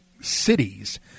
cities